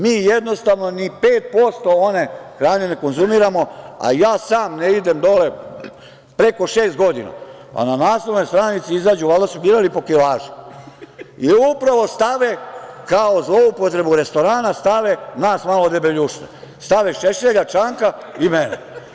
Mi jednostavno, ni 5% one hrane ne konzumiramo, a ja sam ne idem dole, preko šest godina, a na naslovnoj stranici izađu, valjda su birali po kilaži, upravo stave, kao zloupotrebu restorana, stave nas malo debeljušne, stave Šešelja, Čanka i mene.